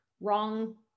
wrong